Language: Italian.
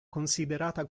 considerata